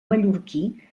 mallorquí